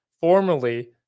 Formerly